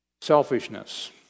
selfishness